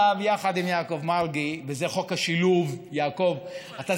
אמר חברי יעקב מרגי לפני דקות ספורות